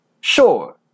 Sure